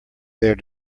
their